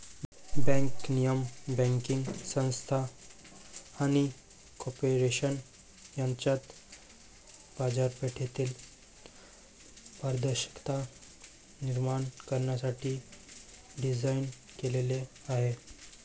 bank नियमन banking संस्था आणि कॉर्पोरेशन यांच्यात बाजारपेठेतील पारदर्शकता निर्माण करण्यासाठी डिझाइन केलेले आहे